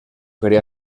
quería